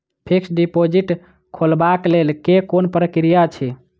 Fixed deposit खोलबाक लेल केँ कुन प्रक्रिया अछि?